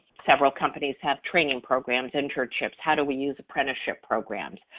several companies have training programs, internships, how do we use apprenticeship programs,